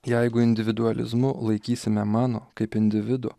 jeigu individualizmu laikysime mano kaip individų